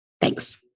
Thanks